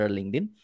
LinkedIn